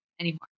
anymore